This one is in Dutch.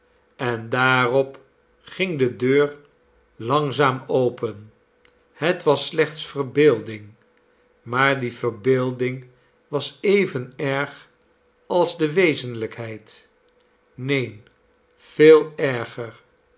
en daarop ging de deur langzaam open het was slechts verbeelding maar die verbeelding was even erg als de wezenlijkheid neen veel erger